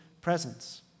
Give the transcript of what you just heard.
presence